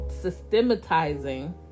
systematizing